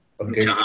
Okay